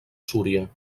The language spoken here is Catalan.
súria